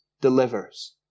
delivers